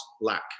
lack